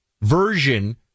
version